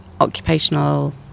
occupational